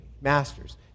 Masters